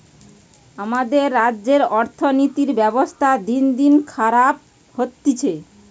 আমাদের রাজ্যের অর্থনীতির ব্যবস্থা দিনদিন খারাপ হতিছে